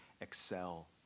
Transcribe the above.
excel